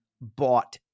bought